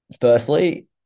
firstly